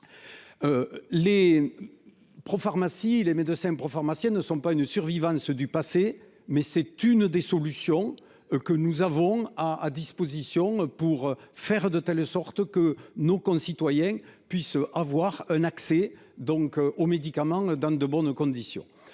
Les médecins propharmaciens ne sont pas une survivance du passé. Ils sont l’une des solutions dont nous disposons pour faire en sorte que nos concitoyens puissent avoir un accès aux médicaments dans de bonnes conditions.